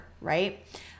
right